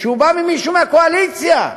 כשהוא בא ממישהו מהקואליציה?